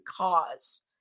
cause